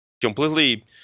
completely